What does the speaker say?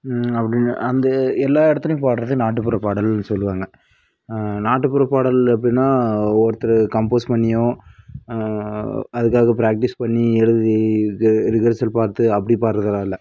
அப்படி அந்த எல்லா இடத்துலையும் பாடுறது நாட்டுப்புற பாடல்னு சொல்லுவாங்க நாட்டுப்புற பாடல் அப்படின்னா ஒருத்தர் கம்ப்போஸ் பண்ணியோ அதுக்காக பிராக்ட்டிஸ் பண்ணி எழுதி க ரிகர்ஸல் பார்த்து அப்படி பாடுறதலாம் இல்லை